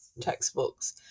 textbooks